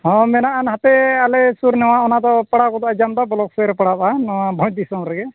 ᱦᱚᱸ ᱢᱮᱱᱟᱜ ᱟᱱ ᱦᱟᱯᱮ ᱟᱞᱮᱥᱩᱨ ᱱᱟᱣᱟ ᱚᱱᱟ ᱫᱚ ᱯᱟᱲᱟᱣ ᱜᱚᱫᱚᱜᱼᱟ ᱡᱟᱢᱫᱟ ᱵᱞᱚᱠ ᱥᱮᱫ ᱨᱮ ᱯᱟᱲᱟᱜᱼᱟ ᱱᱚᱣᱟ ᱵᱷᱚᱸᱡᱽ ᱫᱤᱥᱚᱢ ᱨᱮᱜᱮ